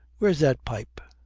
where's that pipe?